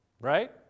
Right